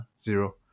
zero